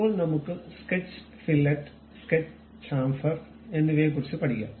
അപ്പോൾ നമുക്ക് sketch fillet sketch chamfer Sketch Chamfer എന്നിവയെക്കുറിച്ച് പഠിക്കാം